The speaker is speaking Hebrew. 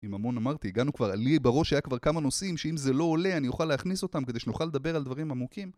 אם אמון אמרתי הגענו כבר עלי בראש היה כבר כמה נושאים שאם זה לא עולה אני אוכל להכניס אותם כדי שנוכל לדבר על דברים עמוקים